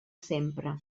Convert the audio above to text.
sempre